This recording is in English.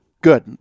Good